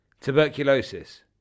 Tuberculosis